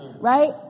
Right